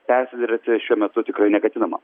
persiderėti šiuo metu tikrai neketinama